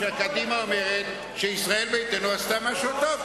שקדימה אומרת שישראל ביתנו עשתה משהו טוב.